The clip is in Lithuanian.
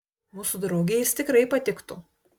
mūsų draugei jis tikrai patiktų